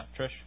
Trish